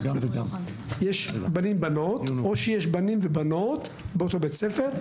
יש בנים-בנות או שיש בנים ובנות באותו בית ספר,